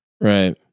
Right